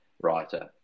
writer